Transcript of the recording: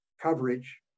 coverage